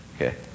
Okay